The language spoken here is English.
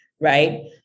right